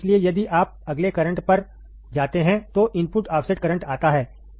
इसलिए यदि आप अगले करंट पर जाते हैं तो इनपुट ऑफसेट करंट आता है